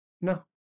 No